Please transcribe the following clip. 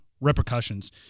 repercussions